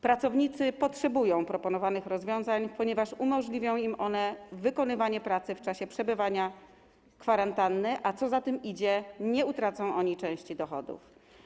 Pracownicy potrzebują proponowanych rozwiązań, ponieważ umożliwią im one wykonywanie pracy w czasie przechodzenia kwarantanny, a co za tym idzie - nie utracą oni części dochodów.